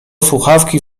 słuchawki